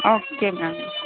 okay ma'am